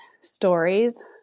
stories